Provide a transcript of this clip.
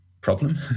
problem